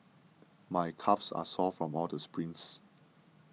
my calves are sore from all the sprints